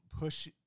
push